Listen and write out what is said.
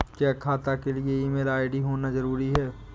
क्या खाता के लिए ईमेल आई.डी होना जरूरी है?